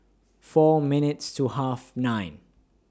four minutes to Half nine